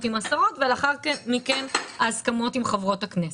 עם השרות ולאחר כן ההסכמות עם חברות הכנסת.